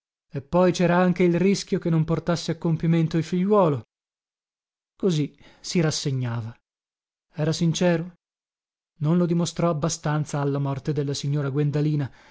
e poi cera anche il rischio che non portasse a compimento il figliuolo così si rassegnava era sincero non lo dimostrò abbastanza alla morte della signora guendalina